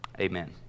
Amen